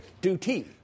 duty